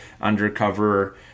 undercover